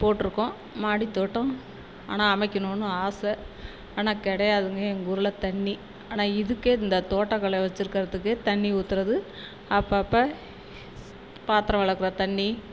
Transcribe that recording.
போட்டிருக்கோம் மாடி தோட்டம் ஆனால் அமைக்கணுன்னு ஆசை ஆனால் கிடையாதுங்க எங்கள் ஊரில் தண்ணி ஆனால் இதுக்கே இந்த தோட்டக்கலை வெச்சுருக்கறதுக்கே தண்ணி ஊற்றுறது அப்பப்போ பாத்திரம் விளக்கற தண்ணி